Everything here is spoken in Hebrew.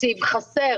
התקציב חסר.